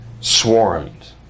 swarmed